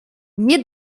nie